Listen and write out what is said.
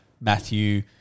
Matthew